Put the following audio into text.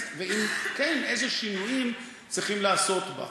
איזה שינויים צריכים לעשות בה.